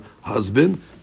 husband